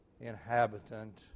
inhabitant